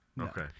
Okay